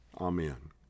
Amen